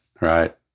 right